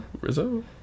Rizzo